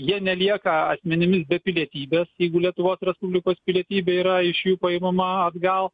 jie nelieka asmenimis be pilietybės jeigu lietuvos respublikos pilietybė yra iš jų paimama atgal